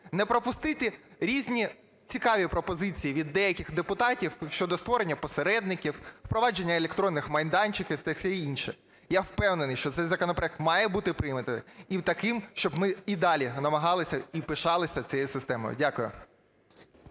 Не пропустити різні цікаві пропозиції від деяких депутатів щодо створення посередників, впровадження електронних майданчиків та все інше. Я впевнений, що цей законопроект має бути прийнятий. І таким, щоб ми і далі намагалися і пишалися цією системою. Дякую.